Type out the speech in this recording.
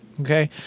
okay